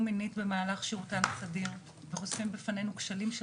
מינית במהלך שירותן הסדיר וחושפים בפנינו כשלים של